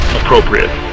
appropriate